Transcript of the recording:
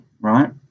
right